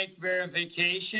verification